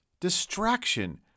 distraction